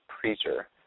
preacher